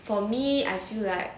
for me I feel like